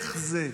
איך זה?